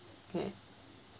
okay